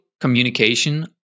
communication